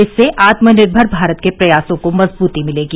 इससे आत्मनिर्भर भारत के प्रयासों को मजबूती मिलेगी